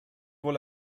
wohl